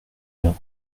rien